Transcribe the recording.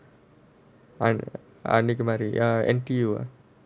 I அன்னைக்கு மாதிரி:annaikku maathiri N_T_U ah